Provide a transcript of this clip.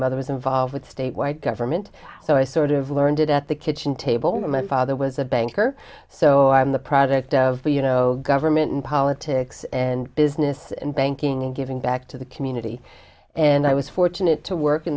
mother was involved with statewide government so i sort of learned it at the kitchen table my father was a banker so i'm the product of the you know government and politics and business and banking and giving back to the community and i was fortunate to work in